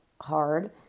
hard